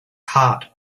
heart